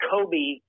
Kobe